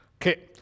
Okay